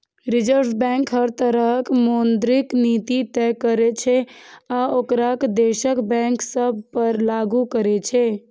reserve bank हर तरहक मौद्रिक नीति तय करै छै आ ओकरा देशक बैंक सभ पर लागू करै छै